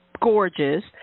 gorgeous